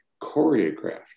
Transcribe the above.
choreographed